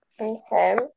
Okay